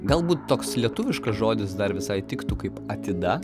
galbūt toks lietuviškas žodis dar visai tiktų kaip atida